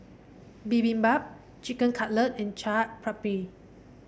Bibimbap Chicken Cutlet and Chaat Papri